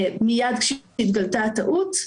מיד כשהתגלתה הטעות.